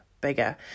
bigger